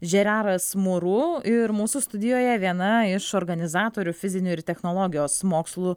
žeraras muru ir mūsų studijoje viena iš organizatorių fizinių ir technologijos mokslų